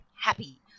happy